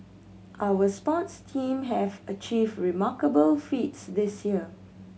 our sports team have achieved remarkable feats this year